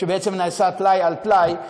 שבעצם נעשה טלאי על טלאי,